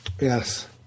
Yes